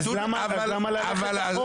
אז למה ללכת אחורה?